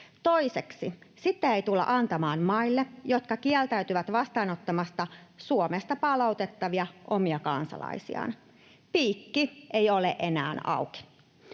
Toiseksi, sitä ei tulla antamaan maille, jotka kieltäytyvät vastaanottamasta Suomesta palautettavia omia kansalaisiaan. Piikki ei ole enää auki.